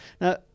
Now